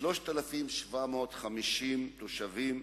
3,751 תושבים,